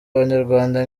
abanyarwanda